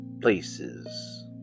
places